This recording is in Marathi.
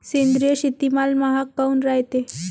सेंद्रिय शेतीमाल महाग काऊन रायते?